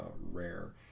rare